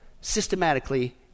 systematically